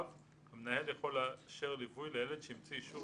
המנהל יכול לאשר ליווי לילד שהמציא אישור